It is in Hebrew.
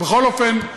בכל אופן,